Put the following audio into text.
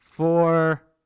four